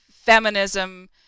feminism